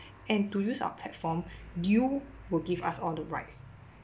and to use our platform you will give us all the rights